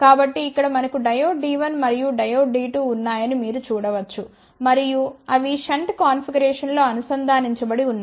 కాబట్టి ఇక్కడ మనకు డయోడ్ D1 మరియు డయోడ్ D2 ఉన్నాయని మీరు చూడ వచ్చు మరియు అవి షంట్ కాన్ఫిగరేషన్లో అనుసంధానించబడి ఉన్నాయి